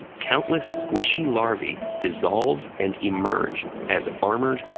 countless squishy larvae dissolve and emerge as armored,